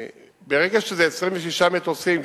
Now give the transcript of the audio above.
ברגע שזה 26 מטוסים,